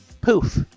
poof